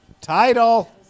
Title